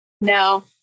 No